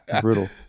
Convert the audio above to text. brittle